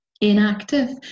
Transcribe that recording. Inactive